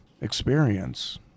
experience